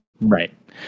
Right